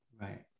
Right